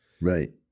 Right